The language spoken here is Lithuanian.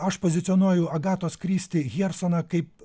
aš pozicionuoju agatos kristi hjersoną kaip